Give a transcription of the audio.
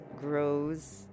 grows